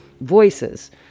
voices